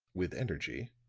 with energy,